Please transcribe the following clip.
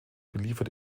beliefert